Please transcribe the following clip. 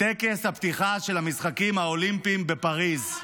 טקס הפתיחה של המשחקים האולימפיים בפריז.